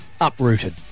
uprooted